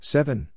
Seven